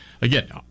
again